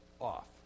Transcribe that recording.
off